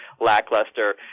lackluster